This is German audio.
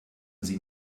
sie